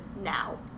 now